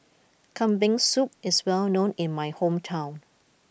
Kambing Soup is well known in my hometown